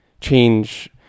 change